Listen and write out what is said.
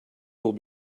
will